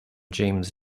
james